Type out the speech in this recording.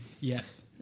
Yes